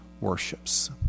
worships